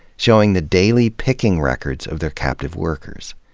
showing the daily picking records of their captive workers.